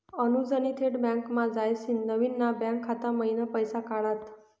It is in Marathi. अनुजनी थेट बँकमा जायसीन नवीन ना बँक खाता मयीन पैसा काढात